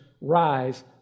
Rise